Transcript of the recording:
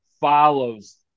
follows